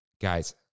guys